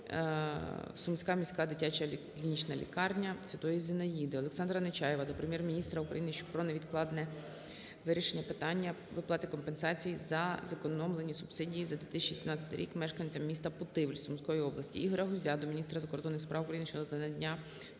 «Сумська міська дитяча клінічна лікарня Святої Зінаїди». Олександра Нечаєва до Прем'єр-міністра України про невідкладне вирішення питання виплати компенсацій за зекономлені субсидії за 2017 рік мешканцям міста Путивль Сумської області. Ігоря Гузя до міністра закордонних справ України щодо надання